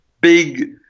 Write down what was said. big